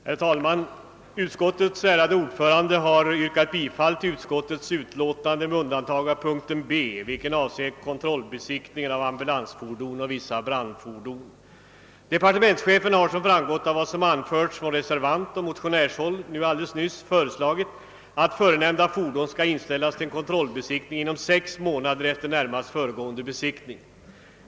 Herr talman! Utskottets ärade ordförande har yrkat bifall till utskottets utlåtande med undantag av punkten B, vilken avser kontrollbesiktningen av ambulansfordon och vissa brandfordon. - Departementschefen har, som framgått av vad som nyss har anförts från reservantoch motionärshåll, föreslagit att förenämnda fordon skall inställas till kontrollbesiktning inom sex månader efter närmast föregående besiktning.